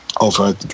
Over